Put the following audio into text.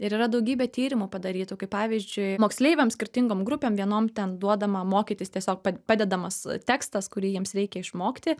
ir yra daugybė tyrimų padarytų kaip pavyzdžiui moksleiviam skirtingom grupėm vienom ten duodama mokytis tiesiog pad padedamas tekstas kurį jiems reikia išmokti